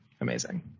Amazing